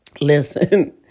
Listen